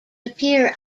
appear